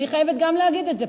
אני חייבת להגיד גם את זה,